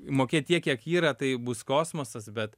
mokėt tiek kiek yra tai bus kosmosas bet